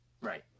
Right